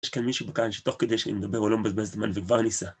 יש כאן מישהו בקהל שתוך כדי שהם מדבר הוא לא מבזבז את הזמן וכבר ניסה